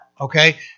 okay